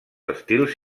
estils